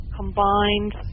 combined